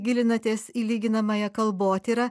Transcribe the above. gilinatės į lyginamąją kalbotyrą